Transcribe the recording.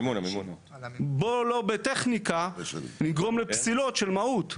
בוא לא בטכניקה נגרום לפסילות של מהות.